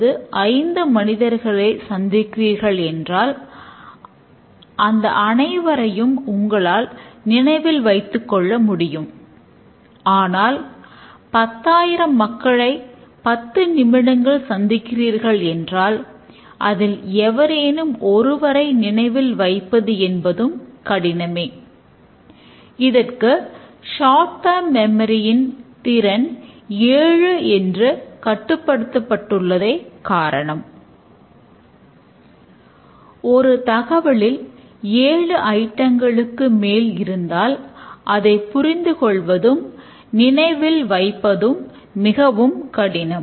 ஒரு தகவலில் 7 ஐட்டங்களுக்கு மேல் இருந்தால் அதை புரிந்து கொள்வதும் நினைவில் வைப்பதும் மிகவும் கடினம்